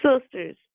Sisters